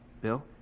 Bill